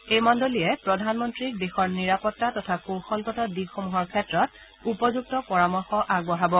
এই মণ্ডলীয়ে প্ৰধানমন্ত্ৰীক দেশৰ নিৰাপত্তা তথা কৌশলগত দিশসমূহৰ ক্ষেত্ৰত উপযুক্ত পৰামৰ্শ আগবঢ়াব